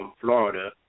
Florida